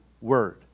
word